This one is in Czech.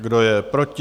Kdo je proti?